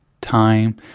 time